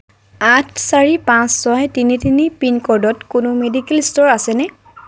আঠ চাৰি পাঁচ ছয় তিনি তিনি পিনক'ডত কোনো মেডিকেল ষ্ট'ৰ আছেনে